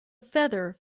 feather